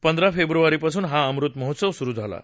पंधरा फेब्रुवारीपासून हा अमृत महोत्सव सुरु झाला आहे